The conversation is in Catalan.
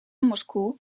moscou